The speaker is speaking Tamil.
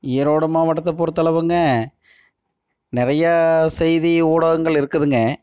ஈரோடு மாவட்டத்தை பொறுத்தளவுங்க நிறையா செய்தி ஊடகங்கள் இருக்குதுங்க